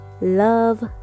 love